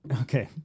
Okay